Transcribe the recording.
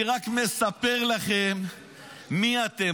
אני רק מספר לכם מי אתם,